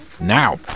Now